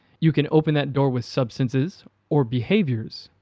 you can open that door with substances or behaviors.